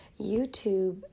YouTube